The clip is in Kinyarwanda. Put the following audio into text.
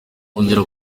ongera